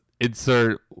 insert